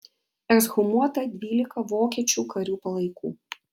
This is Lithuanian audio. ekshumuota dvylika vokiečių karių palaikų